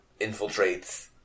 infiltrates